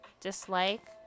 dislike